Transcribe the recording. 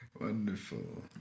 Wonderful